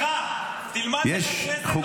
על החוק